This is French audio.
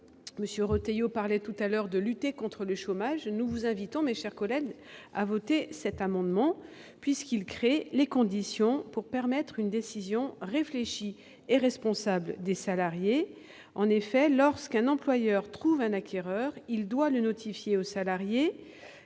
M. Retailleau parlait tout à l'heure de lutter contre le chômage : nous vous invitons, mes chers collègues, à voter cet amendement qui tend à créer les conditions pour permettre une décision réfléchie et responsable des salariés. En effet, lorsqu'un employeur trouve un acquéreur, il doit le notifier aux salariés,